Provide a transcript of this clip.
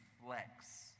reflects